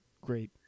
great